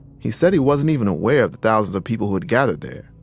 he said he wasn't even aware of the thousands of people who had gathered there.